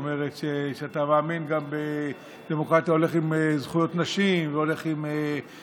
זאת אומרת שאתה מאמין שזה גם הולך עם זכויות נשים ועם שוויון,